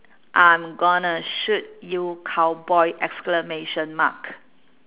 I'm gonna shoot you cowboy exclamation mark